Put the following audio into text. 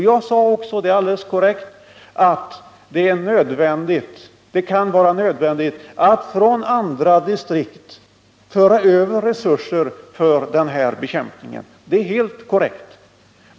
Jag sade också — det är alldeles korrekt —att det kan vara nödvändigt att från andra distrikt föra över resurser för den här bekämpningen.